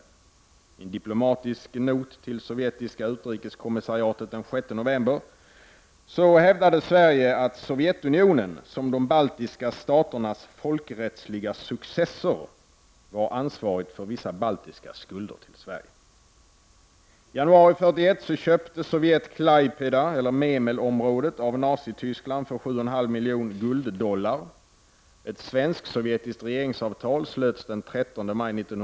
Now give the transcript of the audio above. I en diplomatisk not till det sovjetiska utrikeskommissariatet den 6 november hävdade Sverige att Sovjetunionen som de baltiska staternas folkrättsliga successor var ansvarigt för vissa baltiska skulder till Sverige.